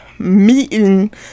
meeting